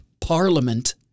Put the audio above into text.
Parliament